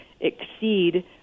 exceed